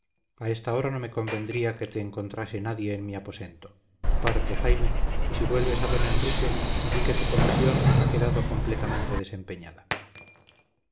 a esta hora no me convendría que te encontrase nadie en mi aposento parte jaime y si vuelves a don enrique di que tu comisión ha quedado completamente desempeñada